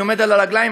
אני עומד על הרגליים,